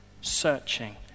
searching